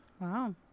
Wow